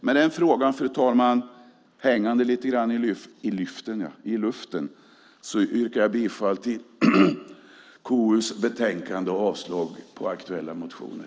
Med den frågan, fru talman, hängande lite grann i luften, yrkar jag bifall till förslaget i KU:s betänkande och avslag på aktuella motioner.